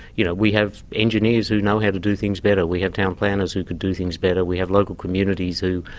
you know, we have engineers who know how to do things better, we have town planners who could do things better, we have local communities who,